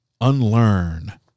unlearn